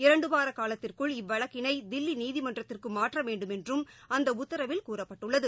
இரண்டுவார காலத்திற்குள் இவ்வழக்கினை தில்லி நீதிமன்றத்திற்கு மாற்ற வேண்டுமென்றும் அந்த உத்தரவில் கூறப்பட்டுள்ளது